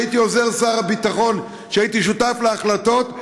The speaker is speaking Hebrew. שהייתי בו עוזר שר הביטחון והייתי שותף להחלטות,